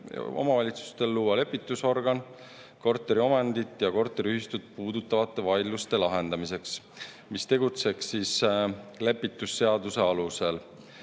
omavalitsustel luua lepitusorgan korteriomandit ja korteriühistut puudutavate vaidluste lahendamiseks, mis tegutseks lepitusseaduse alusel.